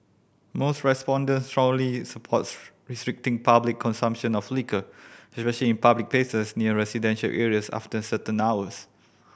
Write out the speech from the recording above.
most respondents strongly supports restricting public consumption of liquor especially in public places near residential areas after certain hours